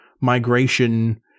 migration